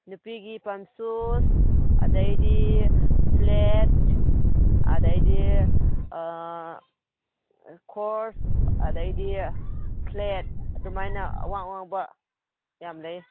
ꯅꯨꯄꯤꯒꯤ ꯄꯝ ꯁꯨꯁ ꯑꯗꯩꯗꯤ ꯐ꯭ꯂꯦꯠ ꯑꯗꯩꯗꯤ ꯈꯣꯔꯁ ꯑꯗꯩꯗꯤ ꯐ꯭ꯂꯦꯠ ꯑꯗꯨꯃꯥꯏꯅ ꯑꯋꯥꯡ ꯑꯋꯥꯡꯕ ꯌꯥꯝ ꯂꯩ